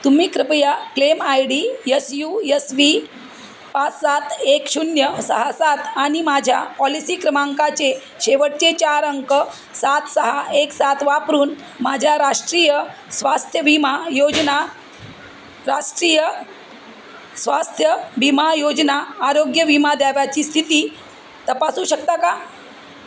तुम्ही कृपया claim I D S U S V पाच सात एक शून्य सहा सात आणि माझ्या पॉलिसी क्रमांकाचे शेवटचे चार अंक सात सहा एक सात वापरून माझ्या राष्ट्रीय स्वास्थ्य विमा योजना राष्ट्रीय स्वास्थ्य विमा योजना आरोग्य विमा दाव्याची स्थिती तपासू शकता का